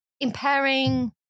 impairing